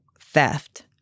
theft